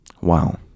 Wow